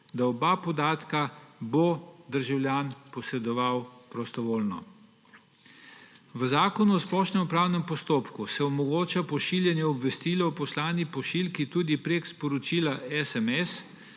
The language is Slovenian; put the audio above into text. bo oba podatka državljan posredoval prostovoljno. V Zakonu o splošnem upravnem postopku se omogoča pošiljanje obvestil o poslani pošiljki tudi preko sporočila SMS,